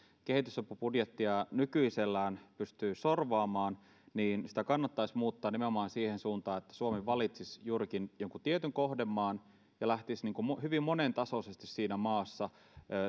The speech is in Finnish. kehitysapubudjettia nykyisellään pystyy sorvaamaan sitä kannattaisi muuttaa nimenomaan siihen suuntaan että suomi valitsisi juurikin jonkun tietyn kohdemaan ja lähtisi hyvin monentasoisesti siinä maassa